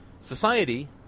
society